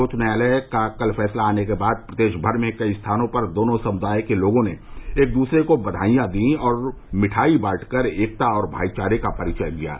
सर्वोच्च न्यायालय का कल फैसला आने के बाद प्रदेश भर में कई स्थानों पर दोनों समुदायों के लोगों ने एक दूसरे को बधाईयां दीं और मिठाई बांटकर एकता और भाईचारे का परिचय दिया